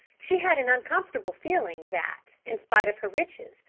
she had an uncomfortable feeling that, in spite of her riches,